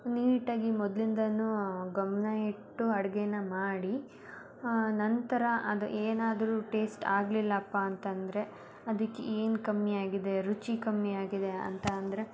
ನೀಟಾಗಿ ಮೊದಲಿಂದಾನೂ ಗಮನ ಇಟ್ಟು ಅಡುಗೇನ ಮಾಡಿ ನಂತರ ಅದು ಏನಾದ್ರೂ ಟೇಸ್ಟ್ ಆಗಲಿಲ್ಲಪ್ಪ ಅಂತಂದರೆ ಅದಿಕ್ಕೆ ಏನು ಕಮ್ಮಿ ಆಗಿದೆ ರುಚಿ ಕಮ್ಮಿ ಆಗಿದೆ ಅಂತ ಅಂದರೆ